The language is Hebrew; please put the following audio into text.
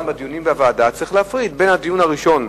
גם בדיונים בוועדה צריך להפריד בין הדיון הראשון,